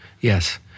Yes